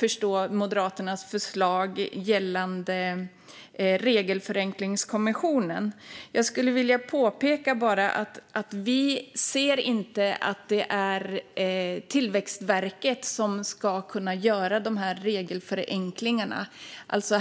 förstå Moderaternas förslag gällande regelförenklingskommissionen. Jag skulle bara vilja påpeka att vi inte anser att det är Tillväxtverket som ska göra regelförenklingarna.